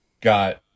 got